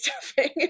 stuffing